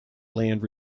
land